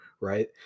right